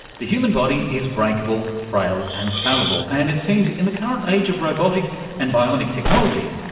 the human body is breakable, frail, and fallible and it seems in the current age of robotic and bionic technology,